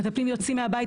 המטפלים יוצאים מהבית,